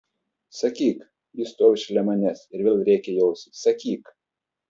sakyk ji stovi šalia manęs ir vėl rėkia į ausį sakyk